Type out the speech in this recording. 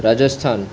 Rajasthan